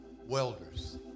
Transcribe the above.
welders